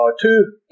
two